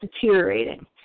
deteriorating